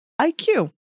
IQ